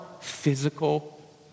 physical